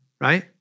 Right